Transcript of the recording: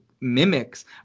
mimics